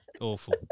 Awful